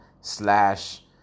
slash